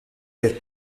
per